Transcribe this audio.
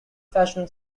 fashion